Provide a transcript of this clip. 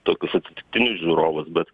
tokius atsitiktinius žiūrovus bet